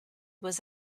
was